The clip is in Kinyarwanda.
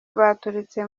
baturutse